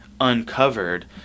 uncovered